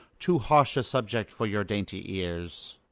too harsh a subject for your dainty ears.